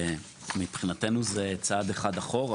מבחינתנו זה צעד אחד אחורה.